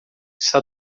está